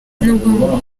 nubwo